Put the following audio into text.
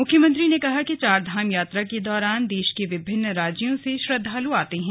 मुख्यमंत्री ने कहा कि चारधाम यात्रा के दौरान देश के विभिन्न राज्यों से श्रद्वाल आते हैं